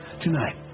Tonight